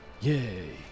Yay